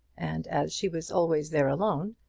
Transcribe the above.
and as she was always there alone,